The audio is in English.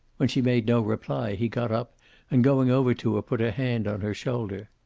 when she made no reply he got up and going over to her put a hand on her shoulder.